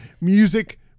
music